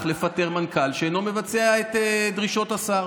לפטר מנכ"ל שאינו מבצע את דרישות השר.